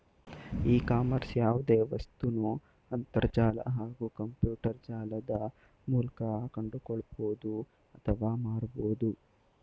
E ಕಾಮರ್ಸ್ಲಿ ಯಾವ್ದೆ ವಸ್ತುನ ಅಂತರ್ಜಾಲ ಹಾಗೂ ಕಂಪ್ಯೂಟರ್ಜಾಲದ ಮೂಲ್ಕ ಕೊಂಡ್ಕೊಳ್ಬೋದು ಅತ್ವ ಮಾರ್ಬೋದು